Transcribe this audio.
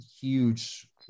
huge